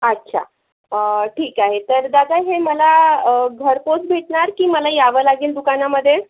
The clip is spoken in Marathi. अच्छा ठीक आहे तर दादा हे मला घरपोच भेटणार की मला यावं लागेल दुकानामधे